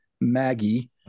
Maggie